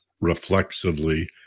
reflexively